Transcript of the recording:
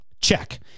Check